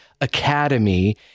academy